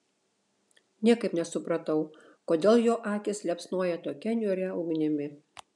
niekaip nesupratau kodėl jo akys liepsnoja tokia niūria ugnimi